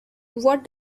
what